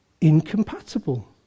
Incompatible